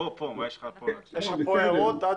אני